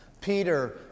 Peter